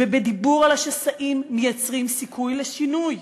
ובדיבור על השסעים מייצרים סיכוי לשינוי.